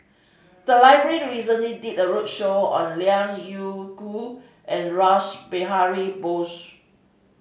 the library recently did a roadshow on Liao Yingru and Rash Behari Bose